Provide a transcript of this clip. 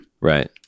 Right